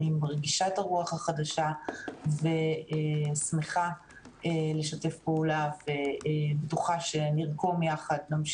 אני מרגישה את הרוח החדשה ושמחה לשתף פעולה ובטוחה שנמשיך